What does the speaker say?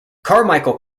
carmichael